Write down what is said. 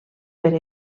per